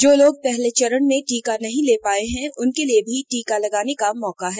जो लोग पहले चरण में टीका नहीं ले पाए हैं उनके लिए भी टीका लगाने का मौका है